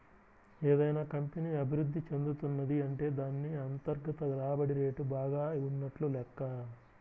ఏదైనా కంపెనీ అభిరుద్ధి చెందుతున్నది అంటే దాన్ని అంతర్గత రాబడి రేటు బాగా ఉన్నట్లు లెక్క